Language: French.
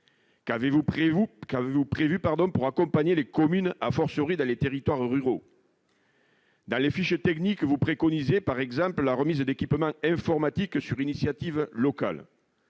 Qu'avez-vous prévu pour accompagner les communes, dans les territoires ruraux ? Dans les fiches techniques, vous préconisez notamment la remise d'équipements informatiques sur initiative locale.